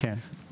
כן.